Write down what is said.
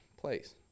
place